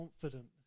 confident